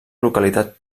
localitat